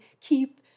keep